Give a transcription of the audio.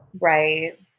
Right